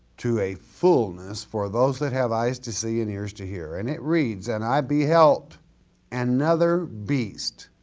to a fullness for those that have eyes to see and ears to hear and it reads, and i beheld another beast,